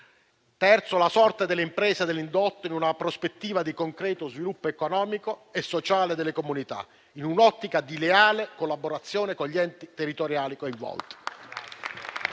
la sorte delle imprese dell'indotto in una prospettiva di concreto sviluppo economico e sociale delle comunità, in un'ottica di leale collaborazione con gli enti territoriali coinvolti.